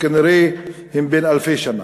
שכנראה הם בני אלפי שנה.